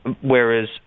whereas